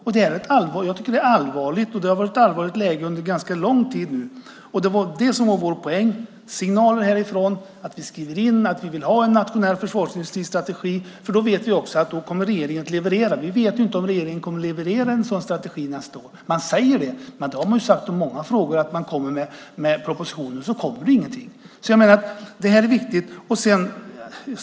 Jag tycker att det är allvarligt, och det har varit ett allvarligt läge under ganska lång tid nu. Det var det som var vår poäng, signaler härifrån. Vi skriver in att vi vill ha en nationell försvarsindustristrategi. Då vet vi att regeringen kommer att leverera. Vi vet inte om regeringen kommer att leverera en sådan strategi nästa år. Man säger det, men det har man sagt om många frågor. Man ska komma med propositioner, och så kommer det inget. Jag menar att det här är viktigt.